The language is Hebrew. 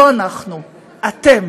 לא אנחנו, אתם,